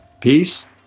Peace